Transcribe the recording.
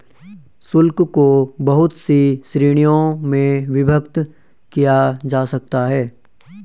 शुल्क को बहुत सी श्रीणियों में विभक्त किया जा सकता है